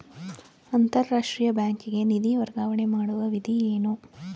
ಅಂತಾರಾಷ್ಟ್ರೀಯ ಬ್ಯಾಂಕಿಗೆ ನಿಧಿ ವರ್ಗಾವಣೆ ಮಾಡುವ ವಿಧಿ ಏನು?